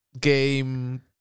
game